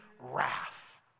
wrath